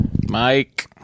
Mike